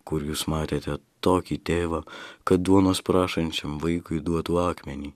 kur jūs matėte tokį tėvą kad duonos prašančiam vaikui duotų akmenį